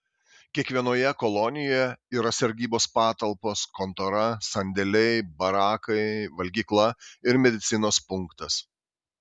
kiekvienoje kolonijoje yra sargybos patalpos kontora sandėliai barakai valgykla ir medicinos punktas